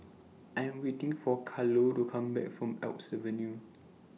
I Am waiting For Carlo to Come Back from Alps Avenue